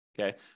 okay